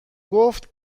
گفت